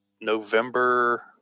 November